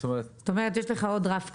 זאת אומרת, יש לך עוד רף כניסה.